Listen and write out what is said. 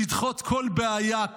לדחות כל בעיה,